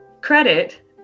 credit